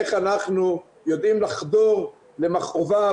איך אנחנו יודעים לחדור למכאוביו,